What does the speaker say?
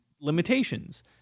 limitations